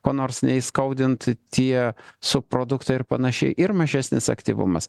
ko nors neįskaudint tie subproduktai ir panašiai ir mažesnis aktyvumas